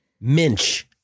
Minch